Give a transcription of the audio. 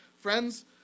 Friends